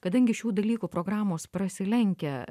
kadangi šių dalykų programos prasilenkia